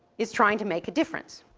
is trying to make a difference.